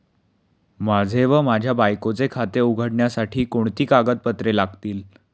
माझे व माझ्या बायकोचे खाते उघडण्यासाठी कोणती कागदपत्रे लागतील?